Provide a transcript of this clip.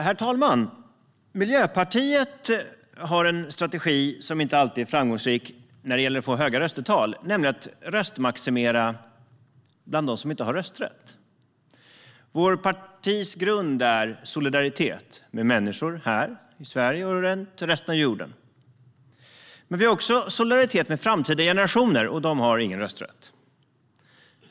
Herr talman! Miljöpartiet har en strategi som inte alltid är framgångsrik när det gäller att få höga röstetal, nämligen att röstmaximera bland dem som inte har rösträtt. Vårt partis grund är solidaritet med människor här i Sverige och i resten av världen. Men vi har också solidaritet med framtida generationer, och de har ingen rösträtt.